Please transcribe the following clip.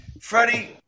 Freddie